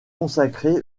consacrée